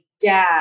dad